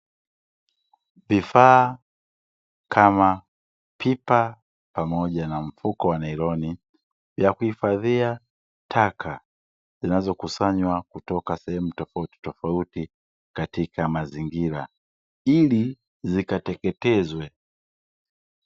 Vifaa kama pipa pamoja na mfuko wa nailoni ya kuhifadhia taka zinazokusanywa kutoka sehemu tofautitofauti katika mazingira ili zikateketezwe.